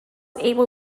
able